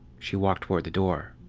she walked toward the door.